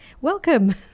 Welcome